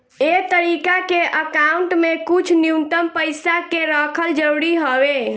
ए तरीका के अकाउंट में कुछ न्यूनतम पइसा के रखल जरूरी हवे